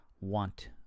want